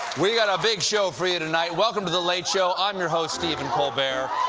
we've got a big show for you tonight. welcome to the late show. i'm your host, stephen colbert.